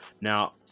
Now